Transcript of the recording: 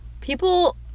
People